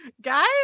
guys